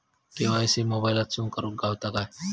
KYC मोबाईलातसून करुक गावता काय?